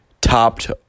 topped